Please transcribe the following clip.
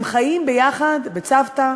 הם חיים ביחד, בצוותא,